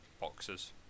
boxes